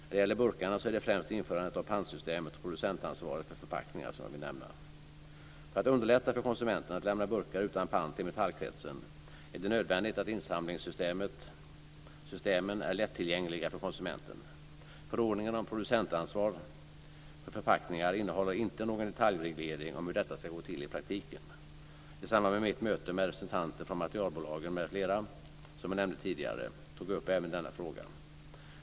När det gäller burkarna är det främst införandet av pantsystemet och producentansvaret för förpackningar som jag vill nämna. För att underlätta för konsumenten att lämna burkar utan pant till Metallkretsen är det nödvändigt att insamlingssystemen är lättillgängliga för konsumenten. Förordningen om producentansvar för förpackningar innehåller inte någon detaljreglering om hur detta ska gå till i praktiken. I samband med mitt möte med representanter från materialbolagen m.fl., som jag nämnde tidigare, tog jag upp även denna fråga.